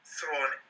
thrown